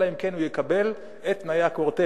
אלא אם כן יקבל את תנאי הקוורטט,